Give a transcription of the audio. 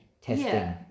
testing